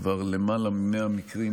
כבר למעלה מ-100 מקרים